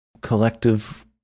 collective